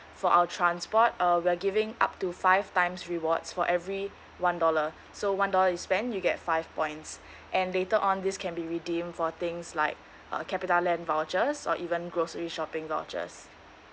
for our transport uh we are giving up to five times rewards for every one dollar so one dollar is when you get five points and later on this can be redeem for things like uh CapitaLand vouchers or even grocery shopping vouchers